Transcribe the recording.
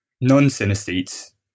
non-synesthetes